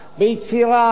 ביצירה,